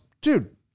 Dude